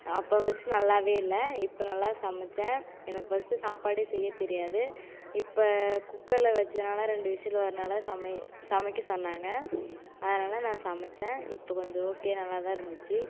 அப்போ ஃபஸ்ட் நல்லா இல்லை இப்போ நல்லா சமைச்சேன் எனக்கு ஃபஸ்ட்டு சாப்பாடு செய்ய தெரியாது இப்போ குக்கரில் வச்சதுனால் ரெண்டு விசில் வர்றதுனால் சமை சமைக்க சொன்னாங்க அதனால நான் சமைச்சேன் இப்போ கொஞ்சம் ஓகே நல்லா தான் இருந்துச்சு